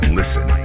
listen